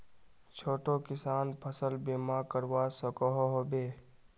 छोटो किसान फसल बीमा करवा सकोहो होबे?